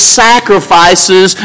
sacrifices